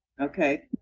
okay